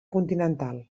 continental